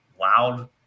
loud